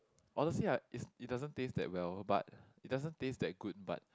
honestly ah is it doesn't taste that well but it doesn't taste that good but